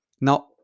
Now